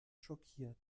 schockiert